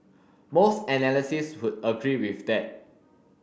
most analysis would agree with that